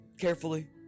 carefully